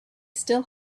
still